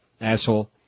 asshole